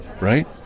Right